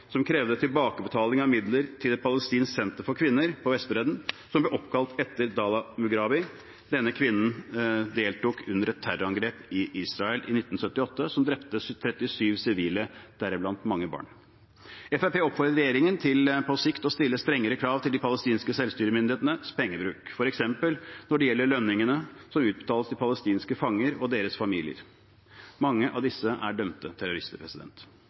som krever tilbakebetaling av midler til et palestinsk senter for kvinner på Vestbredden, som ble oppkalt etter Dalal Mughrabi. Denne kvinnen deltok under et terrorangrep i Israel i 1978 som drepte 37 sivile, deriblant mange barn. Fremskrittspartiet oppfordrer regjeringen til på sikt å stille strengere krav til de palestinske selvstyremyndighetenes pengebruk, f.eks. når det gjelder lønningene som utbetales til palestinske fanger og deres familier. Mange av disse er dømte terrorister.